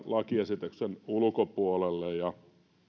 lakiesityksenne ulkopuolelle